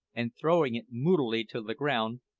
and throwing it moodily to the ground,